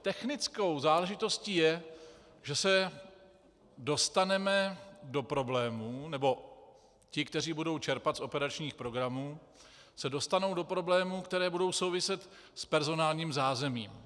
Technickou záležitostí je, že se dostaneme do problémů, nebo ti, kteří budou čerpat z operačních programů se dostanou do problémů, které budou souviset s personálním zázemím.